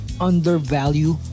undervalue